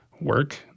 work